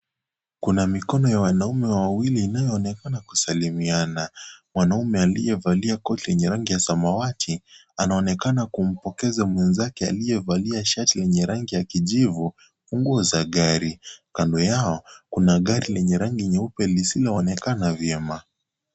Kuna mikono ya wanaume wawili inayo onekana kusalimiana mwanaume aliyevalia koti yenye rangi ya samawati anaonekana kumpokeza mwenzake aliyevalia shati lenye rangi ya kijivu funguo za gari kando yao kuna gari lenye rangi nyeupe lisilo onekana vyema.